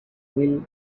will